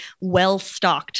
well-stocked